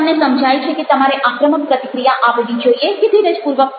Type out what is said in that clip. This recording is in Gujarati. તમને સમજાય છે કે તમારે આક્રમક પ્રતિક્રિયા આપવી જોઈએ કે ધીરજપૂર્વક